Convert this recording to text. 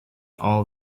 all